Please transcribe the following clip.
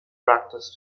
practice